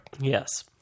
Yes